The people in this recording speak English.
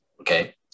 okay